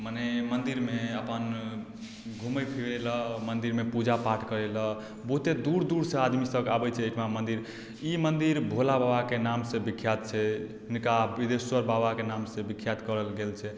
मने मन्दिरमे अपन घुमय फिरय लए मन्दिरमे पूजा पाठ करय लए बहुते दूर दूर सँ आदमी सबके अबय छै अइ ठिमा मन्दिर ई मन्दिर भोलाबाबाके नाम सँ विख्यात छै हुनका बिदेश्वर बाबाके नामसँ विख्यात करल गेल छै